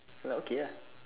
so ya okay lah